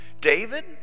David